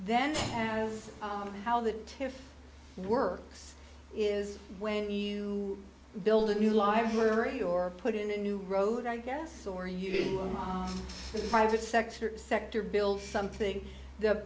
then that is how that works is when you build a new library or put in a new road i guess or you a private sector sector build something the